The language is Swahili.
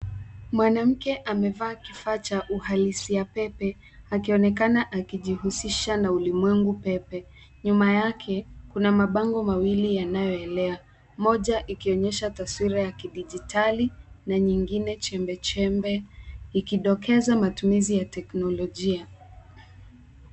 Mwanamke amevaa kifaa cha uhalisia pepe, akionekana akijihusisha na ulimwengu pepe. Nyuma yake, kuna mabango mawili yanao elea. Moja, ikionyesha taswira ya kidijitali na nyingine chembe chembe, ikidokeza matumizi ya teknolojia.